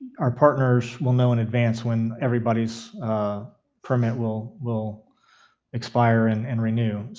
our partners will know in advance when everybody's permit will will expire and and renew. so,